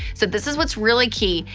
so, this is what's really key.